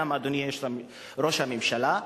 אדוני ראש הממשלה,